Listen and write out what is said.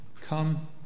come